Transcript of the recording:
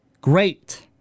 Great